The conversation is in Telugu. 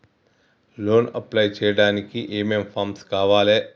లోన్ అప్లై చేయడానికి ఏం ఏం ఫామ్స్ కావాలే?